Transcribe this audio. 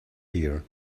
here